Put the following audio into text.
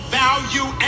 value